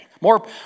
more